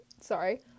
Sorry